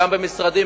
גם במשרדים,